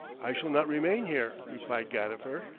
i shall not remain here, replied gadifer,